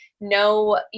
no